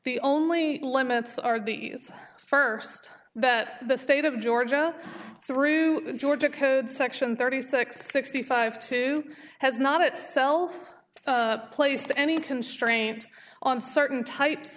the only limits are the first that the state of georgia through georgia code section thirty six sixty five to has not it sell place to any constraint on certain types